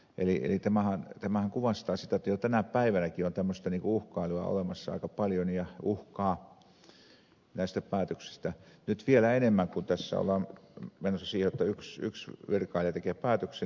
eli tämähän kuvastaa sitä jotta jo tänä päivänäkin on tämmöistä uhkailua olemassa aika paljon ja uhkaa näistä päätöksistä nyt vielä enemmän kun tässä ollaan menossa siihen jotta yksi virkailija tekee päätöksen